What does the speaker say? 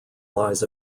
lies